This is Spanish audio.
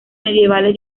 medievales